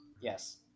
yes